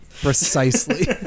precisely